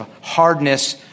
hardness